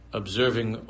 observing